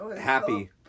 happy